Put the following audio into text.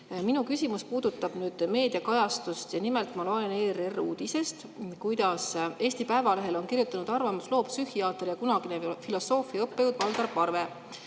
Minu küsimus puudutab meediakajastust. Nimelt loen ma ERR‑i uudisest, et Eesti Päevalehele on kirjutanud arvamusloo psühhiaater ja kunagine filosoofiaõppejõud Valdar Parve.